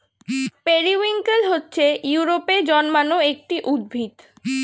periwinkle হচ্ছে ইউরোপে জন্মানো একটি উদ্ভিদ